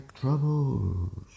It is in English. troubles